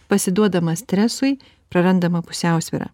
pasiduodama stresui prarandama pusiausvyra